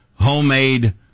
homemade